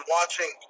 watching